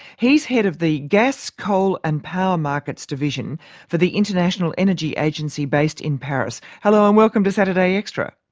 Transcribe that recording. he's head of the gas, coal and power markets division for the international energy agency, based in paris. hello, and welcome to saturday extra.